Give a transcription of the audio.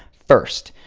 first,